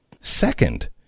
second